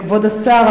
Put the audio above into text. כבוד השר,